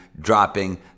dropping